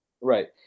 right